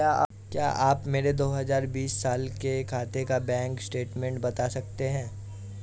क्या आप मेरे दो हजार बीस साल के खाते का बैंक स्टेटमेंट बता सकते हैं?